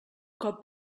cop